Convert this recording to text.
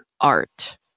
art